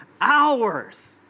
hours